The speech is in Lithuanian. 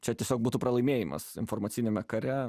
čia tiesiog būtų pralaimėjimas informaciniame kare